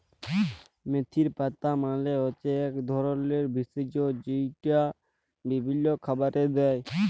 মেথির পাতা মালে হচ্যে এক ধরলের ভেষজ যেইটা বিভিল্য খাবারে দেয়